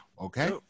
okay